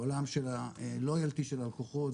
העולם של ה-loyalty של הלקוחות,